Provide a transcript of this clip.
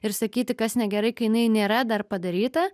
ir sakyti kas negerai kai jinai nėra dar padaryta